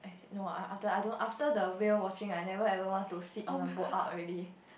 no ah after I don't after the whale watching I never ever want to sit on a boat out already